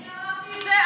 אני אמרתי את זה?